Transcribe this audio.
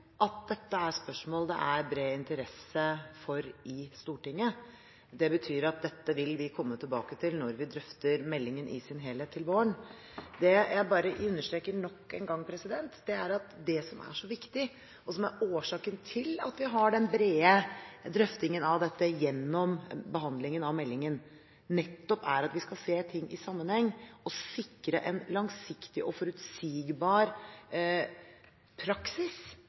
Stortinget. Det betyr at dette vil vi komme tilbake til når vi drøfter meldingen i sin helhet til våren. Det jeg bare understreker nok en gang, er at det som er så viktig, og som er årsaken til at vi har den brede drøftingen av dette gjennom behandlingen av meldingen, nettopp er at vi skal se ting i sammenheng og sikre en langsiktig og forutsigbar praksis